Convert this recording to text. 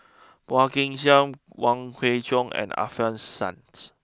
Phua Kin Siang Wong Kwei Cheong and Alfian Sa'at